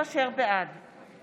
בעד